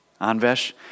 Anvesh